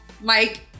Mike